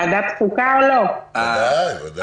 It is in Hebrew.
עכשיו מתחיל להיות מעניין.....